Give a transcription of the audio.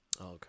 Okay